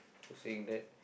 who is saying that